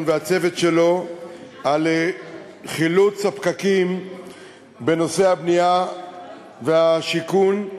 והצוות שלו על חילוץ הפקקים בנושא הבנייה והשיכון,